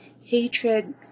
hatred